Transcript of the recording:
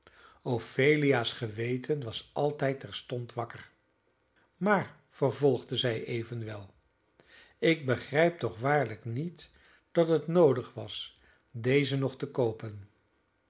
ophelia's geweten was altijd terstond wakker maar vervolgde zij evenwel ik begrijp toch waarlijk niet dat het noodig was deze nog te koopen